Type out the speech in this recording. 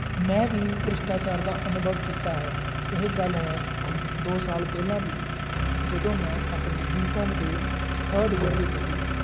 ਮੈਂ ਵੀ ਭ੍ਰਿਸ਼ਟਾਚਾਰ ਦਾ ਅਨੁਭਵ ਕੀਤਾ ਹੈ ਇਹ ਗੱਲ ਹੈ ਦੋ ਸਾਲ ਪਹਿਲਾਂ ਦੀ ਜਦੋਂ ਮੈਂ ਆਪਣੇ ਬੀਕੌਮ ਦੇ ਥਰਡ ਈਅਰ ਵਿੱਚ ਸੀ